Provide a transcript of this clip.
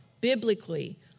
biblically